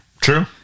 True